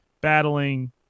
battling